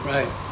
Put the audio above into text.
Right